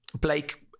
Blake